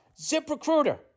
ZipRecruiter